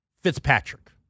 Fitzpatrick